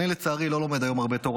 לצערי היום אני לא לומד הרבה תורה,